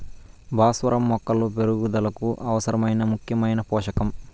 భాస్వరం మొక్కల పెరుగుదలకు అవసరమైన ముఖ్యమైన పోషకం